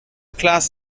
class